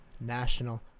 national